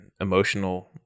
emotional